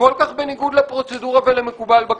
כל כך בניגוד לפרוצדורה ולמקובל בכנסת,